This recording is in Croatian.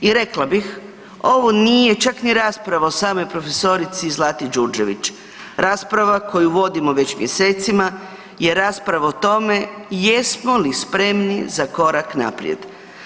I rekla bih ovo nije čak ni rasprava o samoj prof. Zlati Đurđević, rasprava koju vodimo već mjesecima i rasprava o tome jesmo li spremni za korak naprijed.